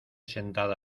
sentada